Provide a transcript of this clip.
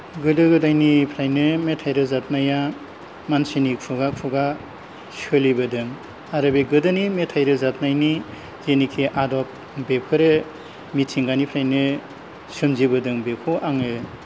गोदो गोदायनिफ्रायनो मेथाइ रोजाबनाया मानसिनि खुगा खुगा सोलिबोदों आरो बे गोदोनि मेथाइ रोजाबनायनि जेनोखि आदब बेफोरो मिथिंगानिफ्रायनो सोमजिबोदों बेखौ आङो